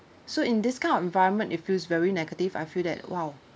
so in this kind of environment it feels very negative I feel that !wow!